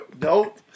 nope